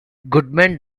goodman